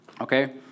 Okay